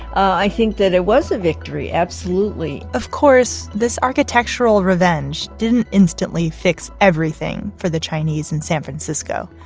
i think that it was a victory. absolutely of course, this architectural revenge didn't instantly fix everything for the chinese in san francisco.